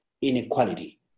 inequality